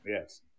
Yes